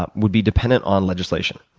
ah would be dependent on legislation.